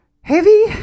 heavy